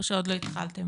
או שעוד לא התחלתם?